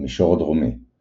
המישור הדרומי –